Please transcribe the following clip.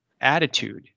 attitude